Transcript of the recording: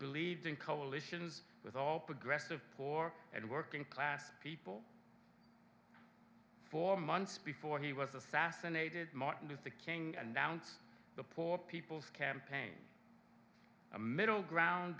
believed in coalitions with all progressive poor and working class people for months before he was assassinated martin luther king announced the poor people's campaign a middle ground